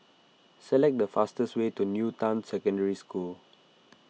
select the fastest way to New Town Secondary School